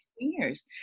seniors